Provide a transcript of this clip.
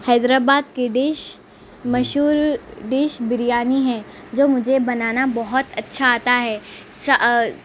حیدرآباد کی ڈش مشہور ڈش بریانی ہے جو مجھے بنانا بہت اچھا آتا ہے سا